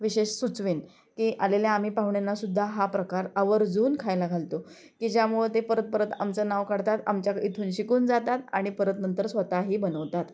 विशेष सुचवेन की आलेले आम्ही पाहुण्यांनासुद्धा हा प्रकार आवर्जून खायला घालतो की ज्यामुळे ते परत परत आमचं नाव काढतात आमच्याकडं इथून शिकून जातात आणि परत नंतर स्वतःही बनवतात